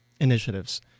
initiatives